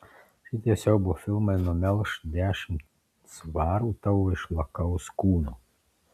šitie siaubo filmai numelš dešimt svarų tavo išlakaus kūno